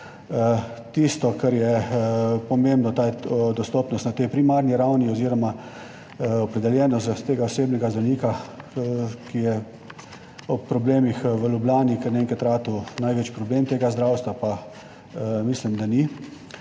Tisto, kar je pomembno, dostopnost na tej primarni ravni oziroma opredeljenost tega osebnega zdravnika, ki je ob problemih v Ljubljani kar naenkrat ratal največji problem tega zdravstva, pa mislim, da ni.